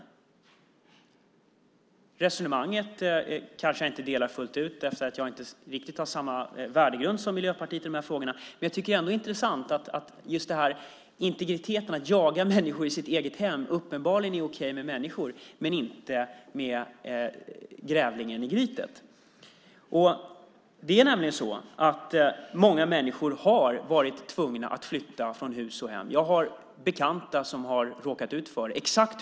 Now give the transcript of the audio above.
Resonemanget kanske jag inte delar fullt ut, eftersom jag inte riktigt har samma värdegrund som Miljöpartiet i de här frågorna. Men jag tycker ändå att integritetsaspekten är intressant. Att jaga människor i deras eget hem är uppenbarligen okej, men inte att jaga grävlingen i grytet. Det är nämligen så att många människor har varit tvungna att flytta från hus och hem. Jag har bekanta som har råkat ut för det.